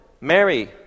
Mary